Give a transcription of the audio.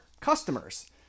customers